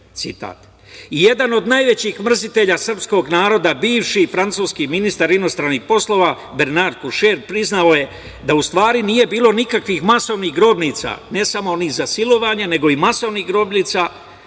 citat. Jedan od najvećih mrzitelja srpskog naroda bivši francuski ministar inostranih poslova Bernard Kušner priznao je da u stvari nije bilo nikakvih masovnih grobnica, ne samo ni za silovanje, nego i masovnih grobnica,